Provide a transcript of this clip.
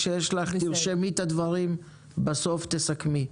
מבקש שתרשמי את הדברים ותסכמי בסוף.